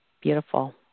beautiful